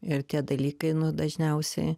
ir tie dalykai dažniausiai